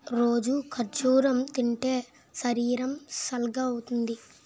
రోజూ ఖర్జూరం తింటే శరీరం సల్గవుతుంది